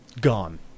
gone